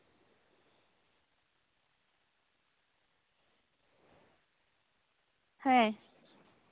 ᱦᱮᱸ